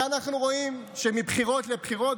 הרי אנחנו רואים שמבחירות לבחירות,